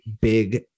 big